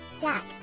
Jack